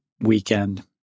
weekend